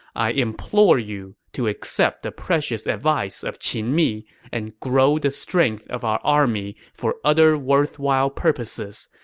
i implore you to accept the precious advice of qin mi and grow the strength of our army for other worthwhile purposes.